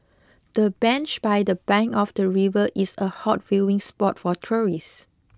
the bench by the bank of the river is a hot viewing spot for tourists